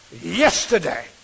Yesterday